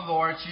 Lord